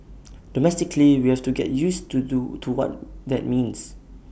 domestically we have to get used to do to what that means